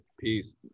Peace